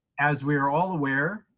as we are all aware,